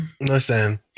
Listen